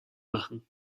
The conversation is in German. machen